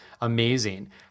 amazing